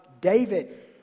David